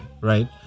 right